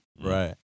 Right